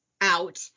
out